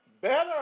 better